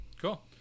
Cool